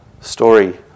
story